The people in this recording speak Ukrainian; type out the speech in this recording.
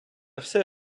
все